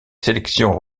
sélections